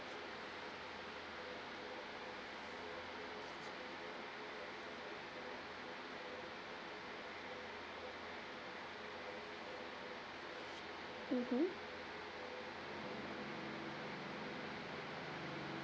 mmhmm